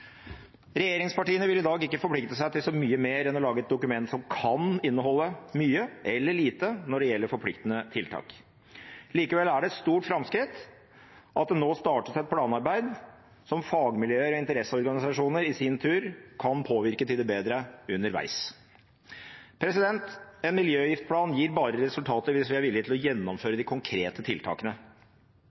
Regjeringspartiene vil i dag ikke forplikte seg til så mye mer enn å lage et dokument som kan inneholde mye, eller lite, når det gjelder forpliktende tiltak. Likevel er det et stort framskritt at det nå startes et planarbeid som fagmiljøer og interesseorganisasjoner i sin tur kan påvirke til det bedre underveis. En miljøgiftplan gir bare resultater hvis vi er villige til å gjennomføre de konkrete tiltakene.